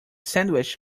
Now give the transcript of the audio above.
sandwich